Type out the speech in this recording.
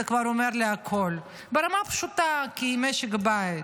וזה כבר אומר לי הכול ברמה הפשוטה של משק בית.